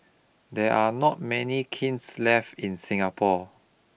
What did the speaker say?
there are not many kilns left in Singapore